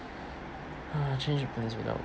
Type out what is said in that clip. ha change your plans without